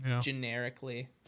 generically